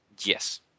Yes